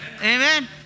Amen